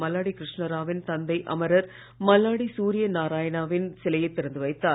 மல்லாடி கிருஷ்ணராவின் தந்தை அமரர் மல்லாடி சூரிய நாராயணாவின் சிலையைத் திறந்து வைத்தார்